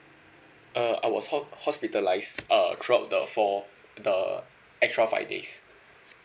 uh I was ho~ hospitalised err throughout the four the extra five days